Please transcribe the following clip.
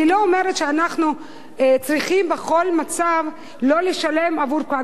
אני לא אומרת שאנחנו צריכים בכל מצב לא לשלם בגלל פקק.